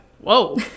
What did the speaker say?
whoa